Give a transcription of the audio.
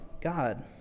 God